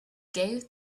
gave